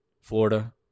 florida